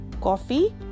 coffee